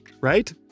right